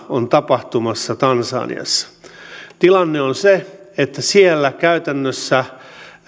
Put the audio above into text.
on tapahtumassa tansaniassa tilanne on se että siellä käytännössä